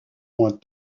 moins